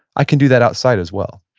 i can do that outside as well.